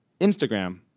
Instagram